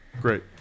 Great